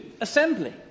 assembly